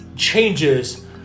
Changes